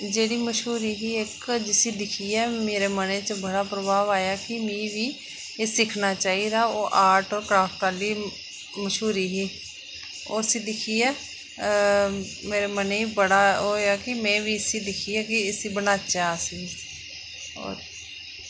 जेह्ड़ी मश्हूरी ही इक जिसी दिक्खियै मेरे मनै च बड़ा प्रभाव आया कि मिगी बी ओह् सिक्खना चाहिदा आर्ट क्रॉफ्ट आह्ली मश्हूरी ही ओह् उसी दिक्खियै मेरे मनै ई बड़ा ओह् होएआ कि में बी इसी दिक्खियै कि अस बी बनागे इसी गी होर